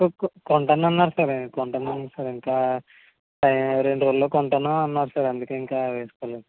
కొ కొంటానన్నారు సార్ కొంటానన్నారు సార్ ఇంకా రెండు రోజుల్లో కొంటాను అన్నారు సార్ అందుకని వేసుకోలేదు